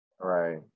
Right